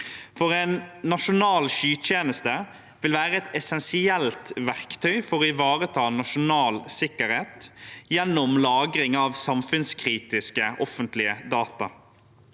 En nasjonal skytjeneste vil være et essensielt verktøy for å ivareta nasjonal sikkerhet, gjennom lagring av samfunnskritiske, offentlige data.